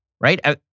right